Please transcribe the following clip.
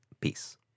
Peace